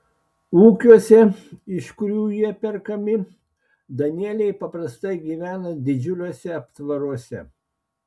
ūkiuose iš kurių jie perkami danieliai paprastai gyvena didžiuliuose aptvaruose